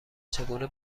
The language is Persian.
چگونه